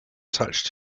touched